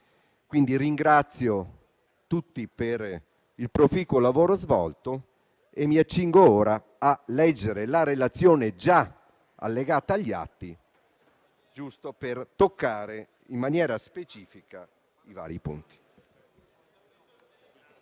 quindi tutti per il proficuo lavoro svolto e mi accingo ora a leggere la relazione già allegata agli atti, per toccare in maniera specifica i vari punti.